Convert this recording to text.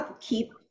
keep